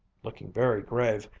looking very grave,